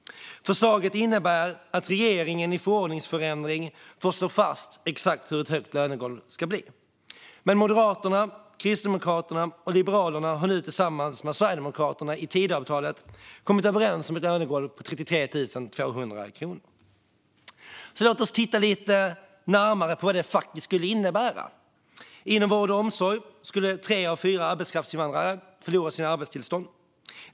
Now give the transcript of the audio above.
Förslaget innebär att regeringen genom en förordningsförändring får slå fast exakt hur högt ett lönegolv ska vara. Men Moderaterna, Kristdemokraterna och Liberalerna har nu tillsammans med Sverigedemokraterna i Tidöavtalet kommit överens om ett lönegolv på 33 200 kronor. Låt oss titta lite närmare på vad det faktiskt skulle innebära. Inom vård och omsorg skulle tre av fyra arbetskraftsinvandrare förlora sina arbetstillstånd.